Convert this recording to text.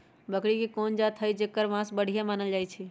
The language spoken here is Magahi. बकरी के कोन जात हई जेकर मास बढ़िया मानल जाई छई?